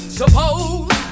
suppose